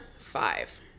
five